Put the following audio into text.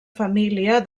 família